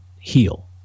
heal